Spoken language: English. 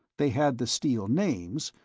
they had the steele names,